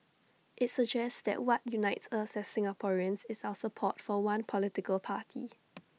IT suggests that what unites us as Singaporeans is our support for one political party